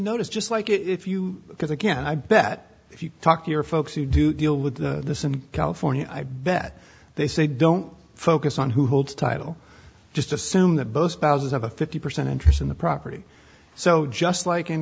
notice just like if you can i bet if you talk here folks who do deal with this in california i bet they say don't focus on who holds title just assume that both spouses have a fifty percent interest in the property so just like in